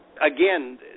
again